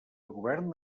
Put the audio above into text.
govern